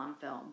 film